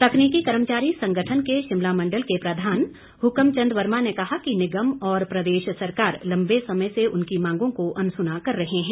तकनीकी कर्मचारी संगठन के शिमला मंडल के प्रधान हुकम चंद वर्मा ने कहा कि निगम और प्रदेश सरकार लम्बे समय से उनकी मांगों को अनसुना कर रहे है